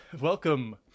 welcome